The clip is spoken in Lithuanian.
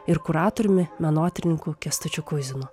ir kuratoriumi menotyrininku kęstučiu kuizinu